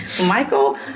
Michael